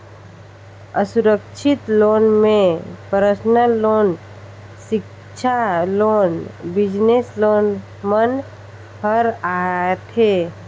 असुरक्छित लोन में personal loan, सिक्छा लोन, बिजनेस लोन मन हर आथे